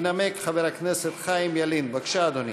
ינמק חבר הכנסת חיים ילין, בבקשה, אדוני.